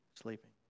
Sleeping